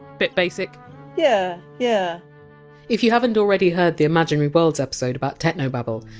bit basic yeah. yeah if you haven! t already heard the imaginary worlds episode about technobabble,